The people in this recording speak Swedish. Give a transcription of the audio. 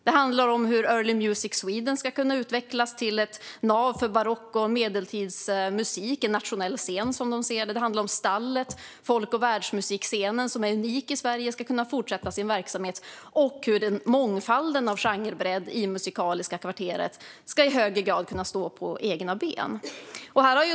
Det handlar om hur Early Music Sweden ska kunna utvecklas till ett nav för barock och medeltidsmusik - en nationell scen som de ser det - och det handlar om att Stallet, folk och världsmusikscenen som är unik i Sverige, ska kunna fortsätta sin verksamhet. Det handlar också om hur mångfalden och genrebredden i Musikaliska kvarteret i högre grad ska kunna stå på egna ben.